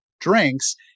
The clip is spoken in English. drinks